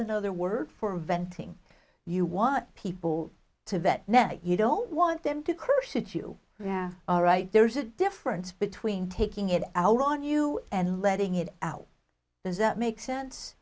another word for venting you want people to vent now you don't want them to curse it you yeah all right there's a difference between taking it out on you and letting it out does that make sense